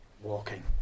walking